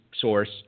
source